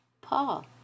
Paul